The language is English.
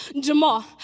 Jamal